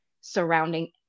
surrounding